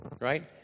Right